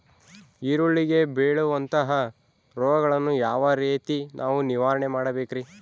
ಈರುಳ್ಳಿಗೆ ಬೇಳುವಂತಹ ರೋಗಗಳನ್ನು ಯಾವ ರೇತಿ ನಾವು ನಿವಾರಣೆ ಮಾಡಬೇಕ್ರಿ?